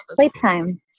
playtime